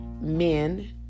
men